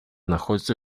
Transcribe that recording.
находится